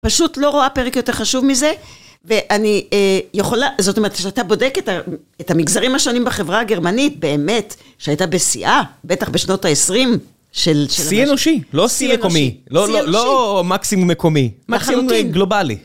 פשוט לא רואה פרק יותר חשוב מזה, ואני יכולה, זאת אומרת, כשאתה בודק את המגזרים השונים בחברה הגרמנית, באמת, שהייתה בשיאה, בטח בשנות ה-20 של... שיא אנושי, לא שיא מקומי. לא מקסימום מקומי. מקסימום גלובלי.